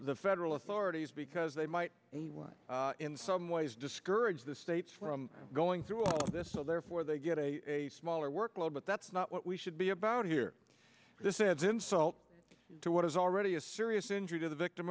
the federal authorities because they might in some ways discourage the states from going through all this so therefore they get a smaller workload but that's not what we should be about here this is insult to what is already a serious injury to the victim